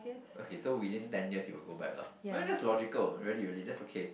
okay so within ten years you will go back lah well that's logical really really that's okay